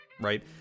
right